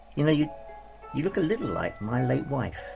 you know, you you look a little like my late wife.